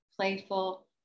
playful